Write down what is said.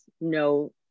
no